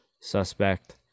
suspect